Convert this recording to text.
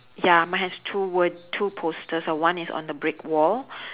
ya mine has two word two posters uh one is on the brick wall